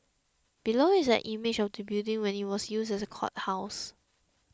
below is an image of the building when it was used as a courthouse